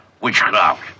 Witchcraft